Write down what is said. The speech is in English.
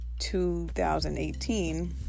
2018